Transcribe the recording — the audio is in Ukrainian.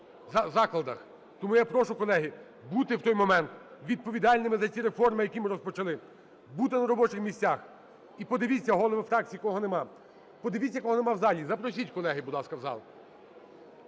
Тому я прошу, колеги, бути в цей момент відповідальними за ці реформи, які ми розпочали, бути на робочих місцях. І подивіться, голови фракцій, кого нема, подивіться, кого нема в залі. Запросіть колег, будь ласка, в зал.